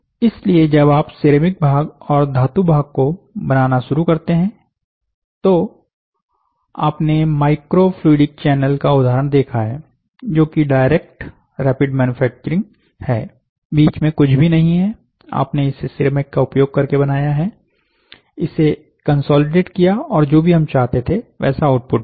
इसलिए जब आप सिरेमिक भाग और धातु भाग को बनाना शुरू करते हैं तो आपने माइक्रोफ्लूडिक चैनल का उदाहरण देखा हैजो कि डायरेक्ट रैपिड मैन्युफैक्चरिंग है बीच में कुछ भी नहीं हैआपने इसे सिरेमिक का उपयोग करके बनाया है इसे कंसोलिडेट किया और जो भी हम चाहते थे वैसा आउटपुट मिला